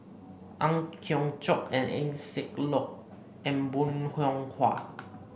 Ang Hiong Chiok and Eng Siak Loy and Bong Hiong Hwa